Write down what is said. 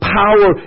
power